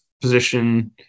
position